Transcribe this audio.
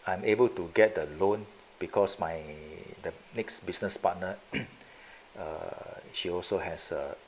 I'm able to get the loan because my the next business partner uh she also has uh